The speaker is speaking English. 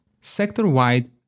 sector-wide